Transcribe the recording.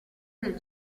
del